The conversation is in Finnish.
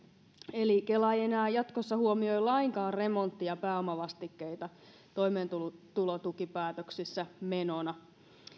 eli kela ei ei enää jatkossa huomioi lainkaan remontti ja pääomavastikkeita toimeentulotukipäätöksissä menona